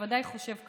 בוודאי חושב כמוני,